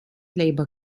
labor